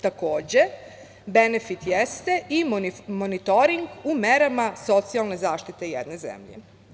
Takođe benefit jeste i monitoring u merama socijalne zaštite jedne zemlje.